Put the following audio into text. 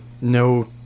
no